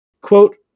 Quote